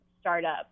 startup